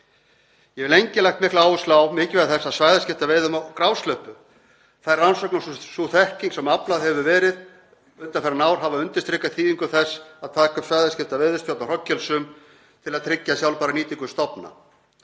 Ég hef lengi lagt mikla áherslu á mikilvægi þess að svæðisskipta veiðum á grásleppu. Þær rannsóknir og sú þekking sem aflað hefur verið undanfarin ár hefur undirstrikað þýðingu þess að taka upp svæðisskipta veiðistjórn á hrognkelsum til að tryggja sjálfbæra nýtingu stofna